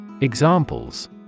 Examples